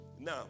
now